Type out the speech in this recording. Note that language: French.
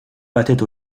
battaient